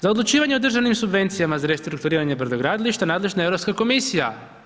Za odlučivanje o državnim subvencijama za restrukturiranje brodogradilišta, nadležna je EU komisija.